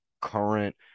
current